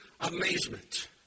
amazement